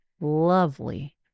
lovely